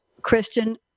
Christian